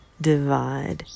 divide